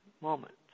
moment